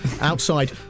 outside